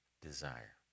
desire